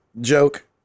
joke